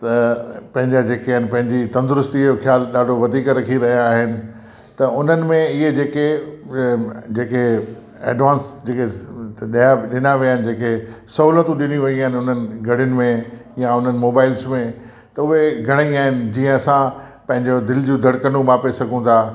त पंहिंजा जेके आहिनि पंहिंजी तंदुरुस्ती जो ख़्याल ॾाढो वधीक रखी रहिया आहिनि त उन्हनि में इहे जेके जेके एडवांस जेके ॾिआ ॾिना विया आहिनि जेके सहूलियतूं ॾिनी वियूं आहिनि उन्हनि घड़ियुनि में या उन्हनि मोबाइल्स में त उहे घणई आहिनि जीअं असां पंहिंजो दिल जूं धड़कनूं नापे सघूं था